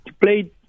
played